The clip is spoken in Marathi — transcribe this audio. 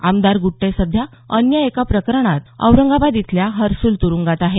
आमदार गुट्टे सध्या अन्य एका प्रकरणात औरंगाबाद इथल्या हर्सुल तुरुंगात आहेत